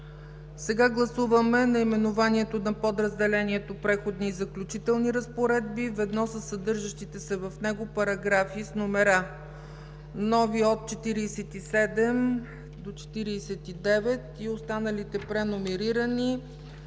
Сега гласуваме наименованието на подразделението „Преходни и заключителни разпоредби“, ведно със съдържащите се в него параграфи с номера – нови от 47 до 49, и останалите преномерирани